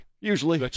Usually